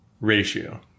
Ratio